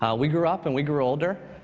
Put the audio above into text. ah we grew up, and we grew older.